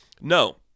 No